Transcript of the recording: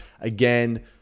Again